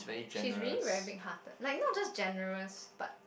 she's really very big hearted like not just generous but